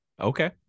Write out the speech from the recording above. Okay